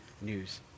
news